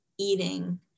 eating